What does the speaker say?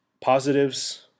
positives